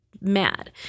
mad